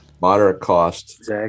moderate-cost